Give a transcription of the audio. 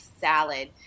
salad